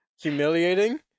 Humiliating